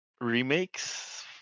remakes